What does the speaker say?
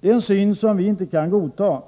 Det är en syn som vi inte kan godta,